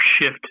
shift